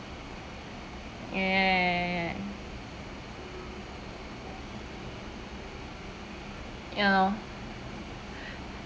ya ya ya ya ya ya lor